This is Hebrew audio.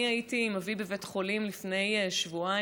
אני הייתי עם אבי בבית חולים לפני שבועיים,